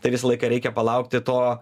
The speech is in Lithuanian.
tai visą laiką reikia palaukti to